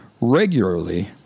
regularly